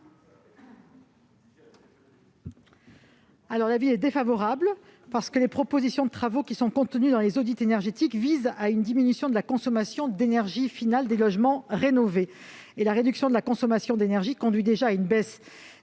? L'avis est défavorable, parce que les propositions de travaux contenues dans les audits énergétiques visent une diminution de la consommation d'énergie finale des logements rénovés. La réduction de la consommation d'énergie conduit déjà à une baisse